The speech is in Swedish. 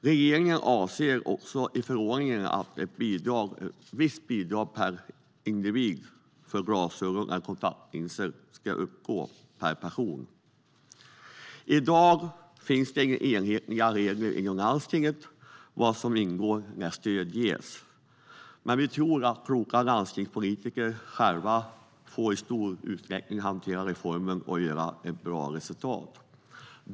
Regeringen avser i förordningen att bidraget till glasögon eller kontaktlinser ska uppgå till ett visst belopp per person. I dag finns inga enhetliga regler inom landstingen för vad som ingår när stöd ges. Vi tror att kloka landstingspolitiker i stor utsträckning själva kan hantera stora delar av reformen och få ett bra resultat.